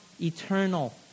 eternal